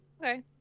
okay